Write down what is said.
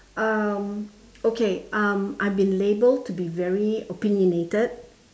um okay um I've been labelled to be very opinionated